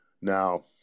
Now